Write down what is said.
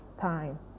time